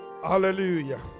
Hallelujah